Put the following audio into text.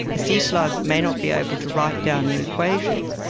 a sea slug may not be able to write down the equations,